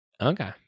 Okay